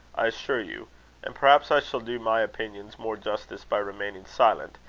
i assure you and perhaps i shall do my opinions more justice by remaining silent,